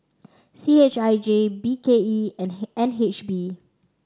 C H I J B K E and N H B